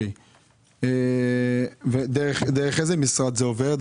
דך איזה משרד זה עובר?